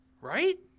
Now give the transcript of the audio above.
right